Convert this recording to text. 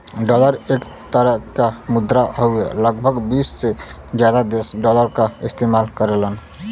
dollar एक तरे क मुद्रा हउवे लगभग बीस से जादा देश डॉलर क इस्तेमाल करेलन